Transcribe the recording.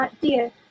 Dear